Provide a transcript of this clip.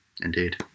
Indeed